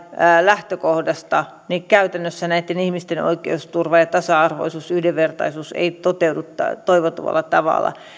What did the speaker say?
lähtökohdasta käytännössä näitten ihmisten oikeusturva ja tasa arvoisuus ja yhdenvertaisuus eivät toteudu toivotulla tavalla